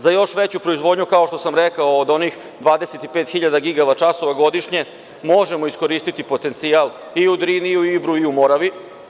Za još veću proizvodnju, kao što sam rekao, od onih 25.000 gigavat-časova godišnje, možemo iskoristiti potencijal i u Drini i u Ibru i u Moravi.